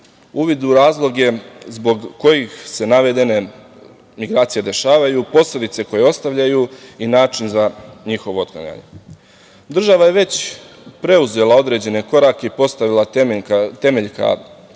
uvid u razloge zbog kojih se navedene migracije dešavaju, posledice koje ostavljaju i način za njihovo otklanjanje. Država je već preuzela određene korake i postavila temelje ka rešavanju